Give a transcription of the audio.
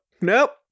Nope